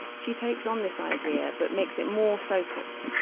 she takes on this idea but makes it more focused.